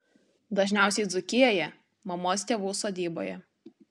dažniausiai dzūkijoje mamos tėvų sodyboje